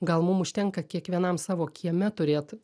gal mum užtenka kiekvienam savo kieme turėt